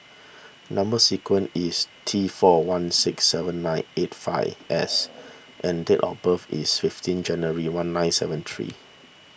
Number Sequence is T four one six seven nine eight five S and date of birth is fifteen January one nine seven three